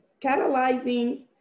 Catalyzing